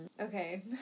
Okay